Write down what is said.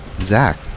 Zach